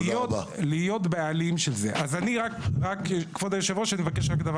אז אני מבקש שתעשו את הבחינה הזאת.